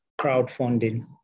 crowdfunding